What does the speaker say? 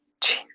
Jeez